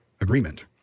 agreement